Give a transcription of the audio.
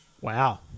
Wow